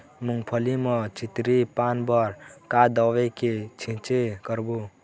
मूंगफली म चितरी पान बर का दवई के छींचे करबो?